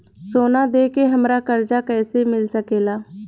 सोना दे के हमरा कर्जा कईसे मिल सकेला?